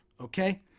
okay